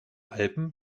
alpen